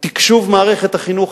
תקשוב מערכת החינוך,